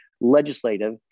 legislative